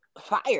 fire